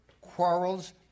quarrels